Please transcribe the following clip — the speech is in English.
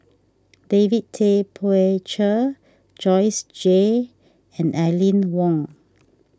David Tay Poey Cher Joyce Jue and Aline Wong